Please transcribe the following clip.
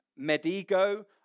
Medigo